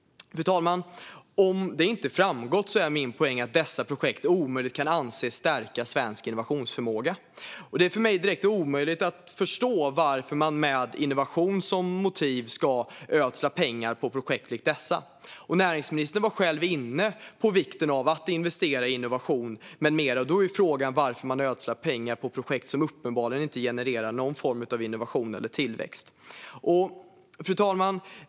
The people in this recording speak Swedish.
Fru talman! Om det inte har framgått så är min poäng att dessa projekt omöjligen kan anses stärka svensk innovationsförmåga. Det är för mig direkt omöjligt att förstå varför man med innovation som motiv ska ödsla pengar på projekt likt dessa. Näringsministern var själv inne på vikten av att investera i innovation med mera. Då är frågan varför man ödslar pengar på projekt som uppenbarligen inte genererar någon form av innovation eller tillväxt. Fru talman!